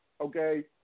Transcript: Okay